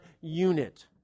unit